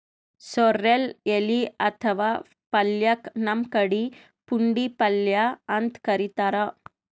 sorrel ಎಲಿ ಅಥವಾ ಪಲ್ಯಕ್ಕ್ ನಮ್ ಕಡಿ ಪುಂಡಿಪಲ್ಯ ಅಂತ್ ಕರಿತಾರ್